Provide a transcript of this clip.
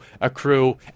accrue